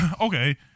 okay